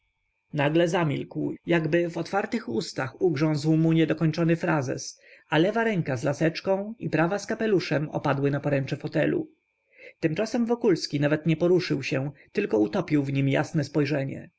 nagle zamilkł jakby w otwartych ustach ugrzązł mu niedokończony frazes a lewa ręka z laseczką i prawa z kapeluszem opadły na poręcze fotelu tymczasem wokulski nawet nie poruszył się tylko utopił w nim jasne spojrzenie